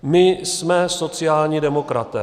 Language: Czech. My jsme sociální demokraté.